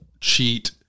cheat